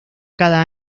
cada